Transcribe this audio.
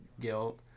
guilt